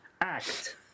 Act